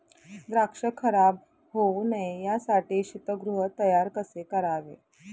द्राक्ष खराब होऊ नये यासाठी शीतगृह तयार कसे करावे?